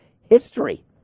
history